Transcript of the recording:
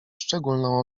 szczególną